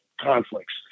conflicts